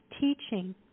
teaching